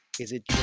is it